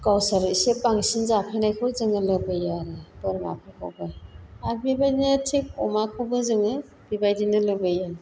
गावसोर एसे बांसिन जाफैनायखौ जोङो लुबैयो आरो बोरमाफोरखौबो आरो बेबायदिनो थिक अमाखौबो जोङो बेबायदिनो लुबैयो